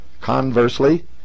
Conversely